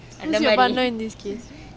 who's your partner in this case